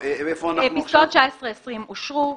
פסקאות (19), (20) אושרו.